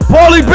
Paulie